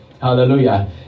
Hallelujah